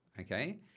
Okay